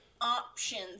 options